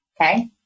okay